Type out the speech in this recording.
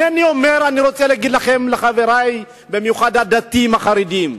אני רוצה להגיד לחברי, במיוחד הדתיים החרדים: